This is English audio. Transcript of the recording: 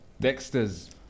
Dexter's